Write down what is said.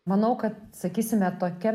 manau kad sakysime tokia